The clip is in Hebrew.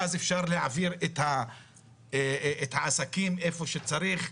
ואז אפשר להעביר את העסקים איפה שצריך,